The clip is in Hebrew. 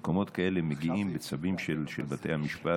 מגיעים למקומות כאלה בצווים של בתי המשפט,